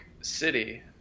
City